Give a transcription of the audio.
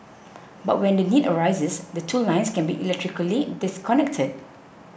but when the need arises the two lines can be electrically disconnected